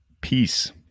peace